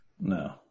No